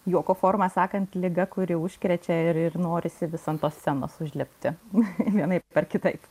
juoko forma sakant liga kuri užkrečia ir ir norisi vis ant tos scenos užlipti vienaip ar kitaip